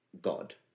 God